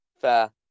Fair